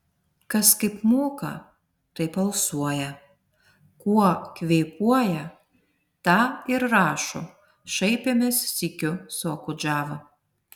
kas kaip moka taip alsuoja kuo kvėpuoja tą ir rašo šaipėmės sykiu su okudžava